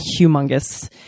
humongous